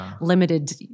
limited